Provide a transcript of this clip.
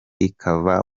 ikava